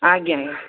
ଆଜ୍ଞା ଆଜ୍ଞା